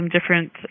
different